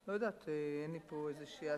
לא יודעת, אין לי פה איזו הצעה.